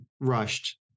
rushed